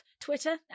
Twitter